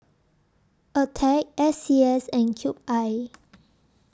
Attack S C S and Cube I